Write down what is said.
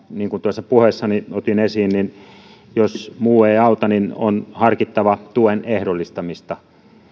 niin kuin tuossa puheessani otin esiin niin jos muu ei auta on harkittava tuen ehdollistamista